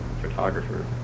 photographer